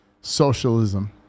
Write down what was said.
socialism